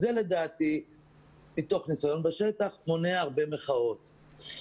זה לדעתי מתוך ניסיון בשטח, מונע הרבה מחאות.